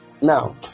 now